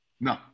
No